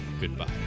goodbye